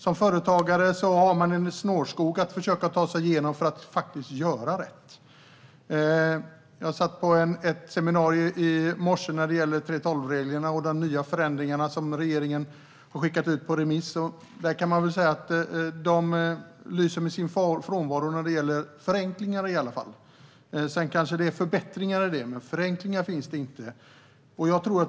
Som företagare har man en snårskog att försöka ta sig igenom för att göra rätt. Jag satt i morse på ett seminarium om 3:12-reglerna och de nya förändringar som regeringen har skickat ut på remiss. Där kan man väl säga att förenklingarna lyser med sin frånvaro. Sedan kanske det finns förbättringar i detta, men några förenklingar finns det inte.